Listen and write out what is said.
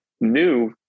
new